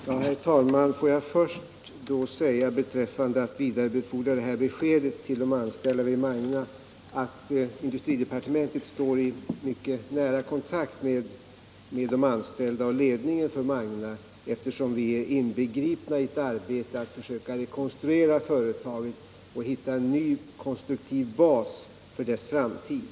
Herr talman! Får jag först säga, med anledning av vad Tyra Johansson sade om att hon nu måste vidarebefordra detta besked till de anställda vid Magna, att industridepartementet står i mycket nära kontakt med de anställda vid och ledningen för Magna, eftersom vi är inbegripna i ett arbete på att försöka rekonstruera företaget och hitta en ny kon = Nr 17 struktiv bas för dess framtid.